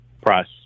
price